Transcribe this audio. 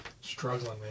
Struggling